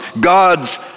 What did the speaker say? God's